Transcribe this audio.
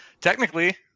Technically